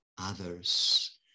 others